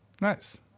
nice